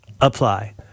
apply